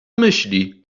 myśli